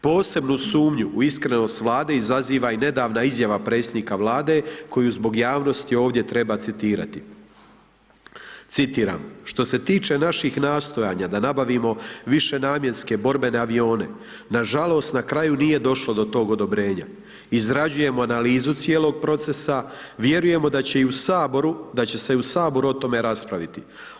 Posebnu sumnju u iskrenost Vlade izaziva i nedavna izjava predsjednika Vlade koju zbog javnosti ovdje treba citirati, citiram: „Što se tiče naših nastojanja da nabavimo višenamjenske borbene avione, nažalost, na kraju nije došlo do tog odobrenja, izrađujemo analizu cijelog procesa, vjerujemo da će i u HS, da će se i u HS o tome raspraviti.